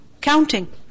Counting